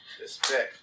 Respect